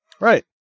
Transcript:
Right